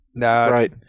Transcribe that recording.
Right